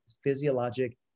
physiologic